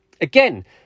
again